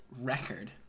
record